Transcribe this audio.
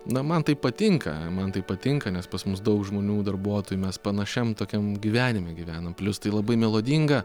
na man tai patinka man tai patinka nes pas mus daug žmonių darbuotojų mes panašiam tokiam gyvenime gyvenam plius tai labai melodinga